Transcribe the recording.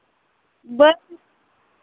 ᱵᱟᱹᱧ